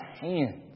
hands